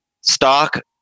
stock